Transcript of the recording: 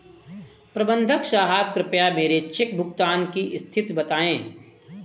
प्रबंधक साहब कृपया मेरे चेक भुगतान की स्थिति बताएं